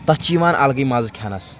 تَتھ چھِ یِوان الگٕے مَزٕ کھٮ۪نَس